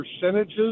percentages